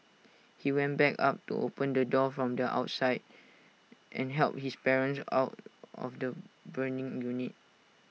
he went back up to open the door from the outside and helped his parents out of the burning unit